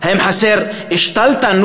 האם חסרה שתלטנות?